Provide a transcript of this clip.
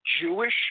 Jewish